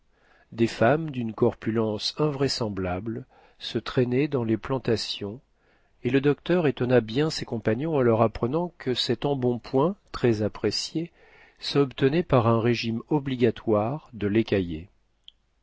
des femmes d'une corpulence invraisemblable se traînaient dans les plantations et le docteur étonna bien ses compagnons en leur apprenant que cet embonpoint très apprécié s'obtenait par un régime obligatoire de